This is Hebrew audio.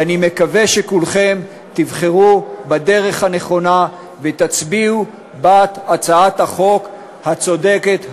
ואני מקווה שכולכם תבחרו בדרך הנכונה ותצביעו בעד הצעת החוק הצודקת הזו.